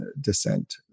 descent